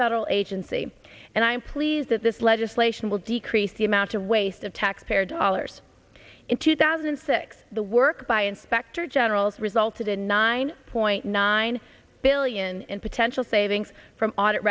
federal agency and i'm pleased that this legislation decrease the amount of waste of taxpayer dollars in two thousand and six the work by inspector generals resulted in nine point nine billion in potential savings from audit